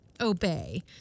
Obey